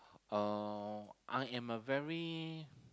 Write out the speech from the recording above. uh I am a very